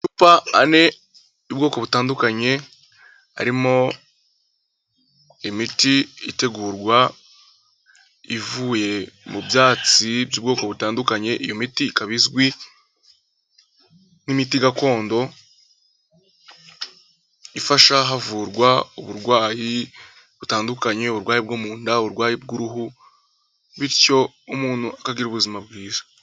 Amcmupa ane y'ubwoko butandukanye harimo imiti itegurwa ivuye mu byatsi by'ubwoko butandukanye. Iyo miti ikaba izwi nk'imiti gakondo ifasha havurwa uburwayi butandukanye: uburwayi bwo mu nda, uburwayi bw'uruhu. bityo umuntu akagira ubuzima bwiza.